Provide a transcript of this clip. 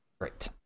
Great